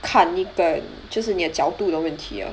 看一个就是你的角度的问题 liao